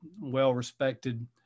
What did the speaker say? well-respected